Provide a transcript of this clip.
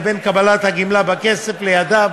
לבין קבלת הגמלה בכסף לידיו,